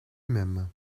même